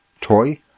toy